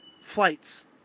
flights